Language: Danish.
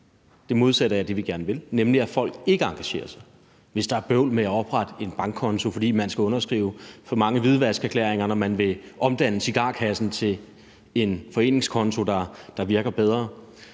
det modsatte af det, vi gerne vil, nemlig at folk ikke engagerer sig. Hvis der er bøvl med at oprette en bankkonto, fordi man skal underskrive for mange hvidvaskerklæringer, når man vil omdanne cigarkassen til en foreningskonto, der virker bedre,